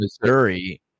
Missouri